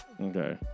Okay